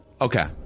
Okay